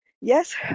yes